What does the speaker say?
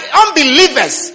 unbelievers